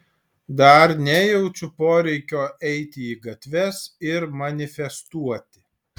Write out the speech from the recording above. dar nejaučiu poreikio eiti į gatves ir manifestuoti